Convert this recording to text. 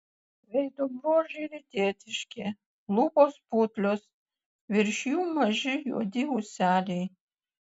veido bruožai rytietiški lūpos putlios virš jų maži juodi ūseliai